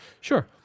sure